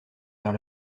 vers